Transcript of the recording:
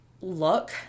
look